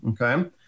okay